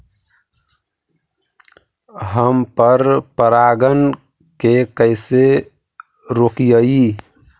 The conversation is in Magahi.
हम पर परागण के कैसे रोकिअई?